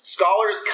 Scholars